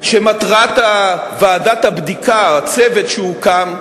שמטרת ועדת הבדיקה, הצוות שהוקם,